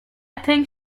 think